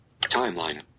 Timeline